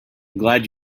glad